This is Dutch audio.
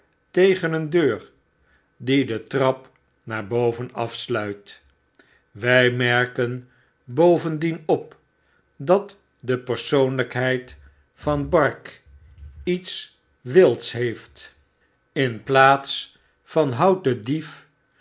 tegen een deur die de trap naar boven afsluit wy merken bovendien op dat de persoonlijkheid van bark iets wilds heeft in plaats van houdt dendief drukt